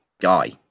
guy